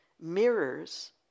mirrors